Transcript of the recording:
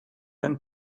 end